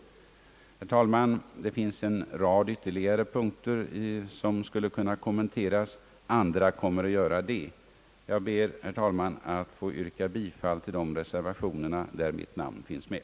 Herr talman! Det finns en rad ytterligare punkter som skulle kunna kommenteras, men andra kommer att göra detta. Jag ber att få yrka bifall till de reservationer på vilka mitt namn förekommer.